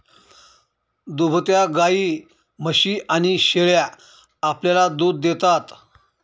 दुभत्या गायी, म्हशी आणि शेळ्या आपल्याला दूध देतात